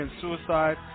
Suicide